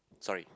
sorry